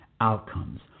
outcomes